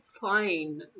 fine